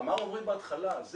אמר עומרי בהתחלה זה